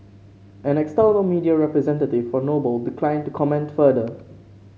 an external media representative for Noble declined to comment further